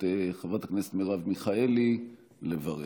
את חברת הכנסת מרב מיכאלי לברך.